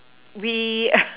we